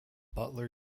butler